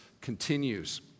continues